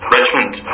Richmond